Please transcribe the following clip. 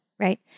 right